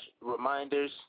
reminders